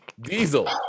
Diesel